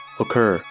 occur